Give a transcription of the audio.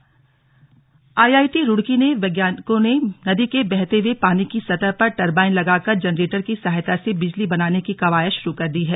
turbine से बिजली IIT Roorkee के वैज्ञानिकों ने नदी के बहते हुए पानी की सतह पर टरबाइन लगाकर जनरेटर की सहायता से बिजली बनाने की कवायद शुरू कर दी है